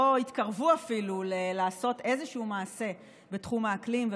התקרבו לעשות איזשהו מעשה בתחום האקלים,